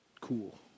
cool